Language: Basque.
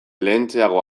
lehentxeago